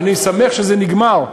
אני שמח שזה נגמר,